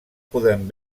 podem